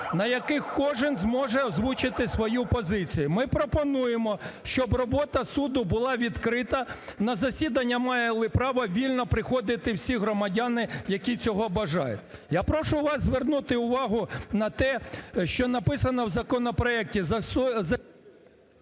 на яких кожен зможе озвучити свою позицію. Ми пропонуємо, щоб робота суду була відкрита, на засідання мали право вільно приходити всі громадяни, які цього бажають. Я прошу вас звернути увагу на те, що написано в законопроекті.